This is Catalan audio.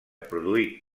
produït